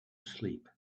sleep